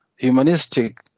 humanistic